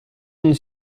une